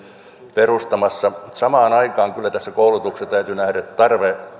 perustamassa samaan aikaan kyllä tässä koulutuksessa täytyy nähdä tarve